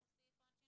מבחינתי,